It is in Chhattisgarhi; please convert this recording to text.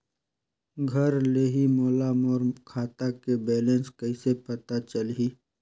घर ले ही मोला मोर खाता के बैलेंस कइसे पता चलही?